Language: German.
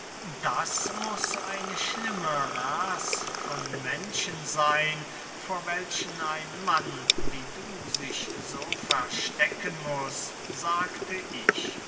das muß eine schlimme rasse von menschen seyn vor welchen ein mann wie du sich so verstecken muß sagte ich